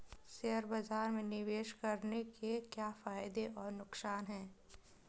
Share बाज़ार में निवेश करने के क्या फायदे और नुकसान हैं?